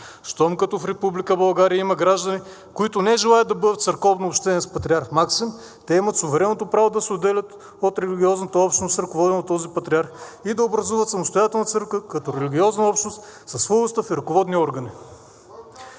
Щом като в Република България има граждани, които не желаят да бъдат в църковно общение с патриарх Максим, те имат суверенното право да се отделят от религиозната общност, ръководена от този патриарх, и да образуват самостоятелна църква като религиозна общност, със свой устав и ръководни органи.“